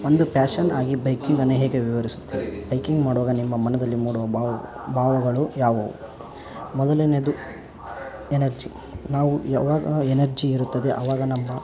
ಒಂದು ಪ್ಯಾಷನ್ನಾಗಿ ಬೈಕಿಂಗನ್ನು ಹೇಗೆ ವಿವರಿಸುತ್ತೀರಿ ಬೈಕಿಂಗ್ ಮಾಡುವಾಗ ನಿಮ್ಮ ಮನದಲ್ಲಿ ಮೂಡುವ ಭಾವ ಭಾವಗಳು ಯಾವುವು ಮೊದಲನೆಯದು ಎನರ್ಜಿ ನಾವು ಯಾವಾಗ ಎನರ್ಜಿ ಇರುತ್ತದೆ ಅವಾಗ ನಮ್ಮ